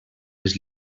les